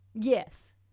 Yes